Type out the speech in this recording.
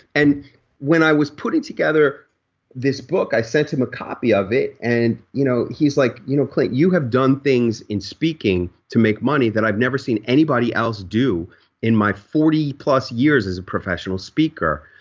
and when i was putting together this book, i sent him a copy of it and you know he's like you know clint, you have done things in speaking to make money that i've never seen anybody else do in my forty plus years as a professional speaker.